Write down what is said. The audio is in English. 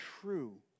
true